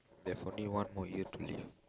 there's only one more year to live